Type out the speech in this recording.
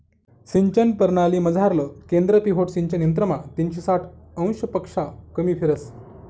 सिंचन परणालीमझारलं केंद्र पिव्होट सिंचन यंत्रमा तीनशे साठ अंशपक्शा कमी फिरस